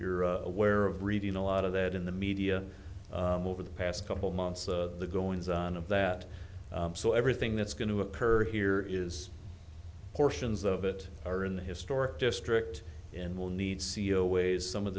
you're aware of reading a lot of that in the media over the past couple months of the goings on of that so everything that's going to occur here is portions of it are in the historic district and will need seo ways some of